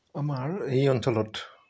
আমাৰ এই অঞ্চলত